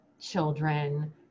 children